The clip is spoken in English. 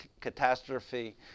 catastrophe